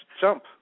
jump